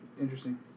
Interesting